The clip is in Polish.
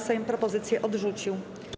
Sejm propozycję odrzucił.